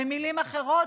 במילים אחרות,